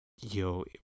Yo